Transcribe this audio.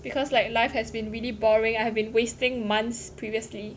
because like life has been really boring I have been wasting months previously